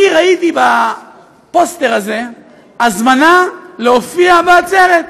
אני ראיתי בפוסטר הזה הזמנה להופיע בעצרת.